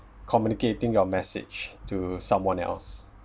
communicating your message to someone else